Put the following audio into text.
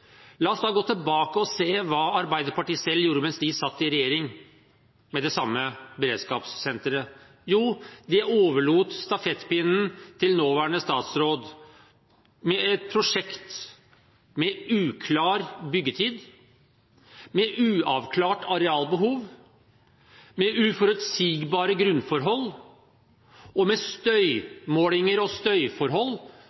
La oss da gå tilbake og se hva Arbeiderpartiet selv gjorde med det samme beredskapssenteret mens de satt i regjering. Jo, de overlot til nåværende statsråd stafettpinnen for et prosjekt med uklar byggetid, med uavklart arealbehov, med uforutsigbare grunnforhold og med støymålinger og støyforhold